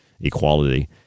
equality